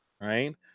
right